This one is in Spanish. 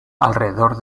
alrededor